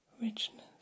richness